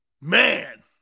Man